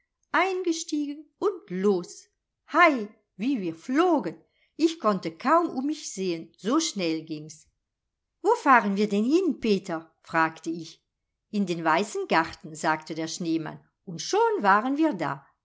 eingestiegen und los hei wie wir flogen ich konnte kaum um mich sehen so schnell gings wo fahren wir denn hin peter fragte ich in den weißen garten sagte der schneemann und schon waren wir da